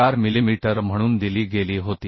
4 millimetre म्हणून दिली गेली होती